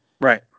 right